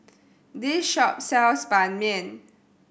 this shop sells Ban Mian